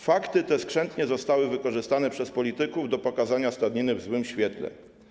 Fakty te skrzętnie zostały wykorzystane przez polityków do pokazania stadniny w złym świetle.